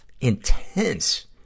intense